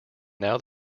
now